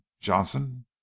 Johnson